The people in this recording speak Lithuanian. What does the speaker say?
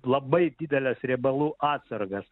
labai dideles riebalų atsargas